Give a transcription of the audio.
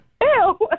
Ew